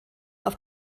auf